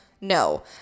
no